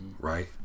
right